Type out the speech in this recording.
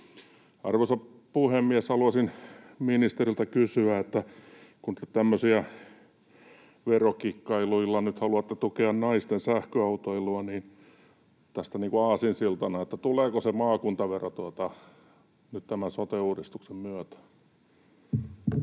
Arvoisa puhemies! Haluaisin ministeriltä kysyä, että kun te tämmöisillä verokikkailuilla nyt haluatte tukea naisten sähköautoilua, niin tästä aasinsiltana: tuleeko se maakuntavero nyt tämän sote-uudistuksen myötä?